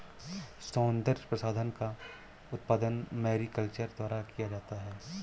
सौन्दर्य प्रसाधन का उत्पादन मैरीकल्चर द्वारा किया जाता है